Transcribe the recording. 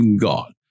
God